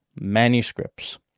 manuscripts